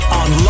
on